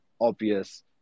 obvious